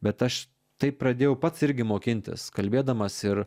bet aš taip pradėjau pats irgi mokintis kalbėdamas ir